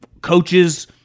Coaches